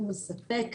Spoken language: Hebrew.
הוא מספק.